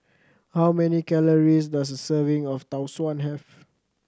how many calories does a serving of Tau Suan have